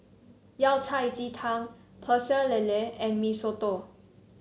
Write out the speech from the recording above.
Yao Cai Ji Tang Pecel Lele and Mee Soto